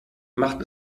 macht